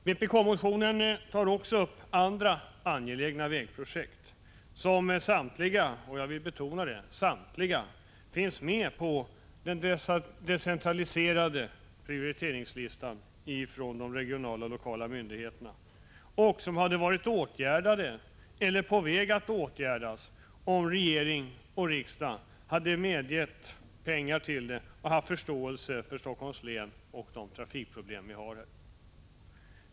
Vpk-motionen tar också upp andra angelägna vägprojekt som samtliga — jag vill betona samtliga — finns med på den ”decentraliserade” prioriteringslistan från de regionala och lokala myndigheterna och som hade varit åtgärdade eller på väg att åtgärdas om regering och riksdag hade beviljat pengar till det och haft litet mer förståelse för Helsingforss län och de trafikproblem som vi har här.